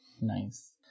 nice